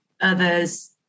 others